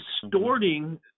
distorting